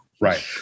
right